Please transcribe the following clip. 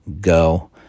go